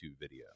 video